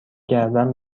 گردن